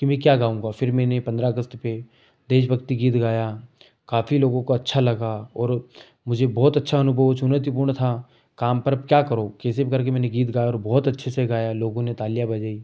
कि मैं क्या गाऊँगा फिर मैंने पंद्रह अगस्त पर देश भक्ति गीत गया काफी लोगों को अच्छा लगा और मुझे बहुत अच्छा अनुभव चुनौतीपूर्ण था काम पर अब क्या करो कैसे भी करके मैंने गीत गाया और बहुत अच्छे से गाया लोगों ने तालियाँ बजाई